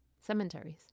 cemeteries